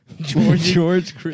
George